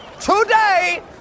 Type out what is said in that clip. Today